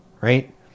Right